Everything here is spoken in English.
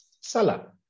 Salah